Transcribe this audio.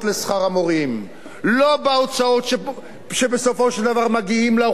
לא בהוצאות שבסופו של דבר מגיעות לאוכלוסיות החלשות,